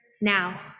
now